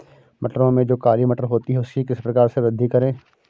मटरों में जो काली मटर होती है उसकी किस प्रकार से वृद्धि करें?